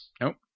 Nope